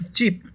Cheap